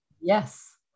Yes